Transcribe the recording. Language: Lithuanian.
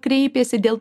kreipėsi dėl